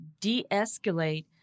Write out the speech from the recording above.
de-escalate